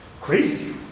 Crazy